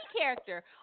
character